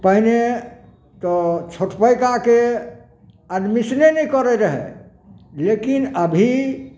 पहिने तऽ छोटपैकाके एडमिशने नहि करै रहै लेकिन अभी